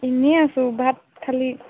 এনেই আছোঁ ভাত খালি